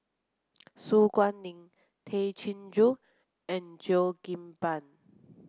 Su Guaning Tay Chin Joo and Cheo Kim Ban